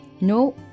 No